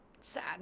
sad